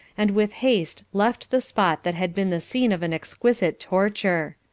and with haste left the spot that had been the scene of an exquisite torture.